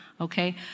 okay